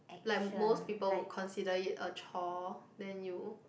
like most people will consider it a chore then you